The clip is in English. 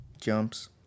jumps